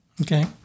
Okay